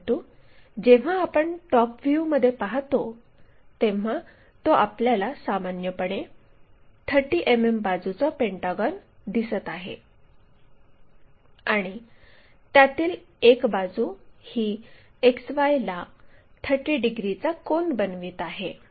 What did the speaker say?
परंतु जेव्हा आपण टॉप व्ह्यूमध्ये पाहतो तेव्हा तो आपल्याला सामान्यपणे 30 मिमी बाजूचा पेंटागॉन दिसत आहे आणि त्यातील एक बाजू ही XY ला 30 डिग्रीचा कोन बनवित आहे